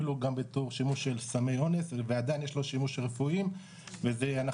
אפילו גם בתור שימוש של סמי אונס ועדיין יש לו שימוש רפואי וזה אנחנו